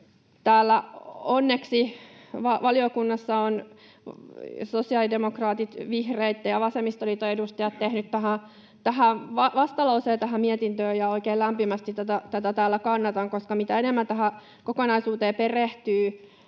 Onneksi valiokunnassa ovat sosiaalidemokraattien, vihreitten ja vasemmistoliiton edustajat tehneet vastalauseen tähän mietintöön, ja oikein lämpimästi tätä täällä kannatan. Mitä enemmän tähän kokonaisuuteen perehtyy,